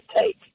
take